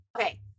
Okay